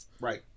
Right